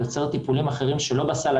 יוצר טיפולים אחרים שלא בסל.